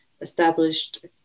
established